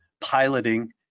piloting